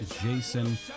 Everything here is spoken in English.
Jason